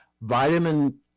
vitamin